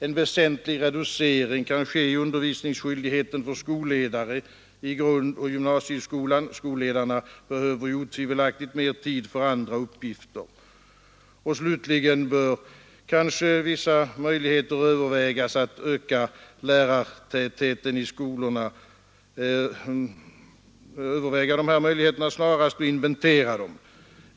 En väsentlig reducering kan ske i undervisningsskyldigheten för skolledare i grundoch gymnasieskolan — skolledarna behöver otvivelaktigt mer tid för andra uppgifter. Slutligen bör möjligheterna att ö skolan snarast inventeras och övervägas.